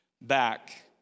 back